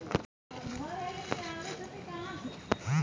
बहुत जगह गेंहू के खेती दो बार होखेला हमनी कैसे करी?